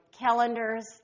calendars